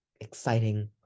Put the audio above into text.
exciting